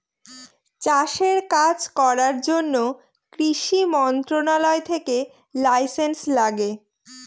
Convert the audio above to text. চাষের কাজ করার জন্য কৃষি মন্ত্রণালয় থেকে লাইসেন্স লাগে